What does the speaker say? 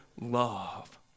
love